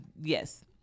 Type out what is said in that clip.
Yes